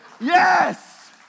Yes